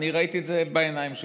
אני ראיתי את זה בעיניים שלי.